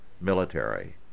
military